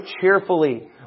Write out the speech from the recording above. cheerfully